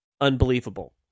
unbelievable